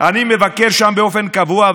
הכנסת ומבקר המדינה הנבחר ייכנסו לאולם המליאה.